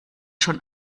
schon